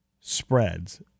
spreads